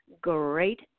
Great